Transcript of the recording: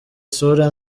isura